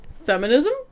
Feminism